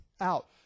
out